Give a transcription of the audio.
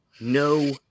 No